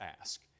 ask